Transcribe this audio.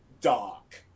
dark